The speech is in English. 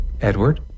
Edward